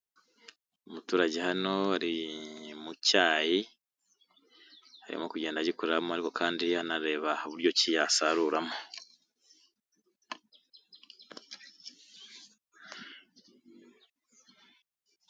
Umuturage hano ari mu cyayi arimo kugenda agikoreramo ariko kandi anareba uburyo ki yasaruramo.